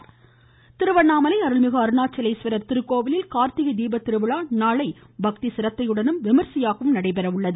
ஒருங்கு ஒ தீபம் திருவண்ணாமலை அருள்மிகு அருணாச்சலேஸ்வரர் திருக்கோவிலில் கார்த்திகை தீபத்திருவிழா நாளை பக்திசிரத்தையுடனும் விமரிசையாகவும் நடைபெறுகிறது